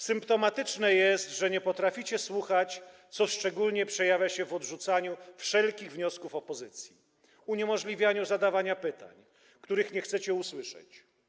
Symptomatyczne jest, że nie potraficie słuchać, co szczególnie przejawia się w odrzucaniu wszelkich wniosków opozycji, uniemożliwianiu zadawania pytań, których nie chcecie usłyszeć.